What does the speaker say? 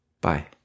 Bye